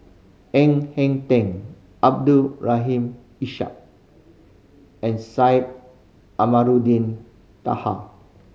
Ng Heng Teng Abdul Rahim Ishak and Syed Amarluding Daha